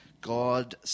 God